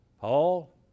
Paul